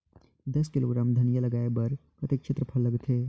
दस किलोग्राम धनिया लगाय बर कतेक क्षेत्रफल लगथे?